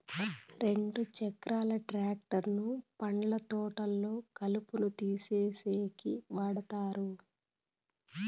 రెండు చక్రాల ట్రాక్టర్ ను పండ్ల తోటల్లో కలుపును తీసేసేకి వాడతారు